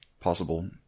possible